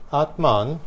atman